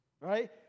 right